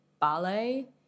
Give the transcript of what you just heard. ballet